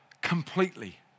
completely